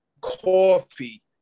coffee